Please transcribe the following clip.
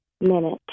minute